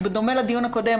בדומה לדיון הקודם,